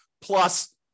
plus